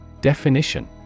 Definition